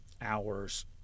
hours